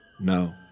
No